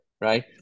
right